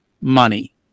money